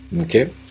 Okay